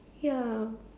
ya